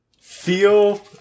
Feel